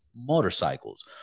motorcycles